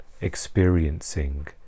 experiencing